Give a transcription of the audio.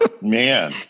man